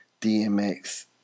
DMX